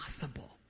possible